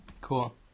Cool